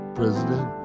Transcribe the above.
president